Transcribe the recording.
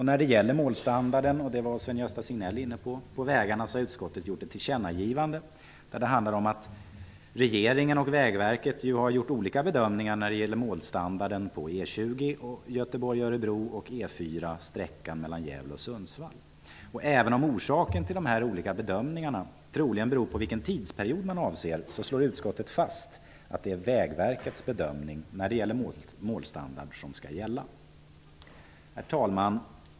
När det gäller målstandarden på vägarna -- det var Sven-Gösta Signell inne på -- har utskottet gjort ett tillkännagivande där det handlar om att regeringen och Vägverket har gjort olika bedömningar av målstandarden på E 20 Göteborg--Örebro och E 4, sträckan mellan Gävle och Sundsvall. Även om orsaken till de olika bedömningarna troligen är vilken tidsperiod man avser, slår utskottet fast att det är Vägverkets bedömning av målstandard som skall gälla. Herr talman!